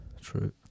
True